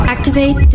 Activate